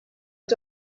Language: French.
est